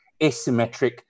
asymmetric